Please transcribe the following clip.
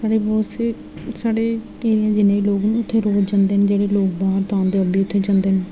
साढे़ मोस्टली साढ़े एरिया दे जि'न्ने बी लोग न उ'त्थें रोज़ जन्दे न ते जेह्ड़े लोग बाह्र दा औंदे न ओह् बी उ'त्थें जंदे न